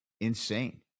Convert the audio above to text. insane